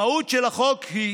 המהות של החוק היא